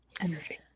Energy